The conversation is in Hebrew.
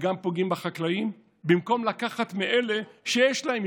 וגם פוגעים בחקלאים, במקום לקחת מאלה שיש להם.